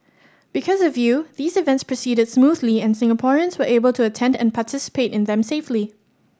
because of you these events proceeded smoothly and Singaporeans were able to attend and participate in them safely